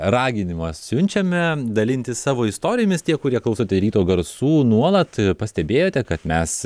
raginimą siunčiame dalintis savo istorijomis tie kurie klausote ryto garsų nuolat pastebėjote kad mes